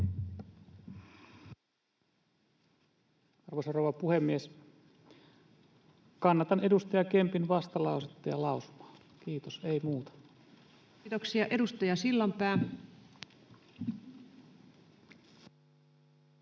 Arvoisa rouva puhemies! Kannatan edustaja Kempin vastalausetta ja lausumaa. — Kiitos, ei muuta. Kiitoksia. — Edustaja Sillanpää. Arvoisa